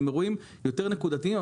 הם אירועים יותר נקודתיים.